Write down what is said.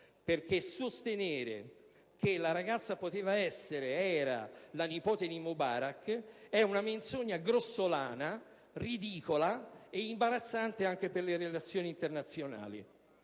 Perché sostenere che la ragazza è la nipote di Mubarak è una menzogna grossolana, ridicola ed imbarazzante anche per le nostre relazioni internazionali.